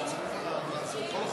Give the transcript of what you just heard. (קוראת